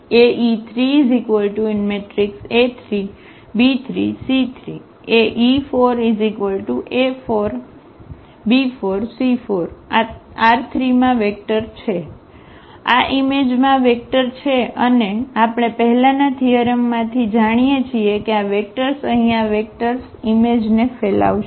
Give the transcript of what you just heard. આ R3 માં vector છે આ ઈમેજમાં વેક્ટર છે અને આપણે પહેલાના થીઅરમમાંથી જાણીએ છીએ કે આ વેક્ટર્સ અહીં આ વેક્ટર્સ ઇમેજને ફેલાવશે